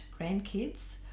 grandkids